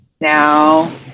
now